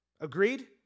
Agreed